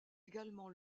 également